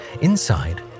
Inside